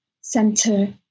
center